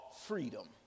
freedom